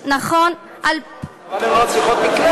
אבל הן לא צריכות מקלט.